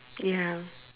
ya